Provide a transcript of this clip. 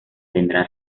tendrá